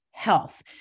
Health